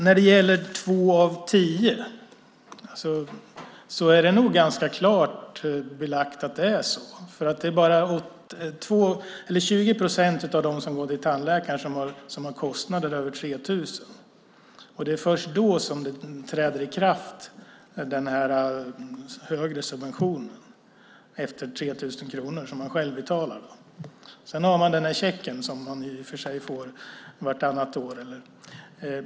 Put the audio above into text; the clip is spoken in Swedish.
När det gäller två av tio är det nog ganska klart belagt att det är så. Det är bara 20 procent av dem som går till tandläkaren som har kostnader över 3 000 kronor, och det är först då som den högre subventionen träder i kraft. Upp till 3 000 kronor betalar man alltså själv. Sedan har man checken, som man i och för sig får vartannat år.